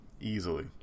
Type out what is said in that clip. easily